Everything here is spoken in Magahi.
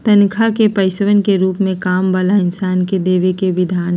तन्ख्वाह के पैसवन के रूप में काम वाला इन्सान के देवे के विधान हई